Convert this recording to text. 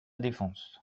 défense